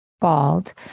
bald